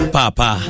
Papa